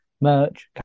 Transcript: Merch